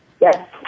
Yes